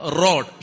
rod